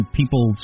people